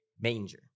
manger